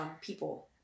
people